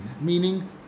meaning